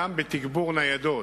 גם בתגבור ניידות,